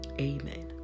Amen